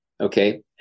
Okay